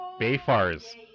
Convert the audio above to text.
Bayfar's